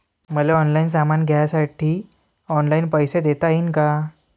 मले ऑनलाईन सामान घ्यासाठी ऑनलाईन पैसे देता येईन का?